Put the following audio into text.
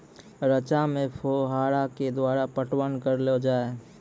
रचा मे फोहारा के द्वारा पटवन करऽ लो जाय?